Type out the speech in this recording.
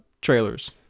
trailers